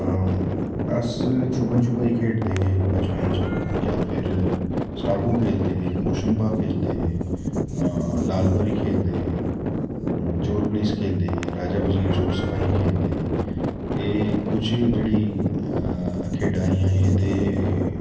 अस छुप्पन छुपाई खेढ़दे हे बचपन च जां फिर स्टापू खेढ़दे हे जां पुछपां खेढ़दे हे आं लाल परी खेल्लदे हे चोर पलीस खेल्लदे हे राजा बजीर खेल्लदे हे एह् कुछ जेह्ड़ी खेढां हियां एह् ते